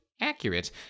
Accurate